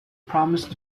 promised